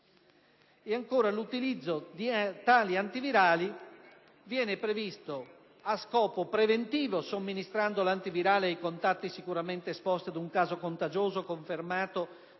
L'utilizzo di tali antivirali viene previsto a scopo preventivo, somministrando l'antivirale ai contatti sicuramente esposti ad un caso contagioso confermato